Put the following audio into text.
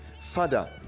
father